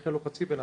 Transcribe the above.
"נכה לא חצי בנאדם"